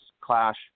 clash